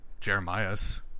Jeremiah's